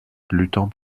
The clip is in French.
luttant